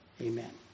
amen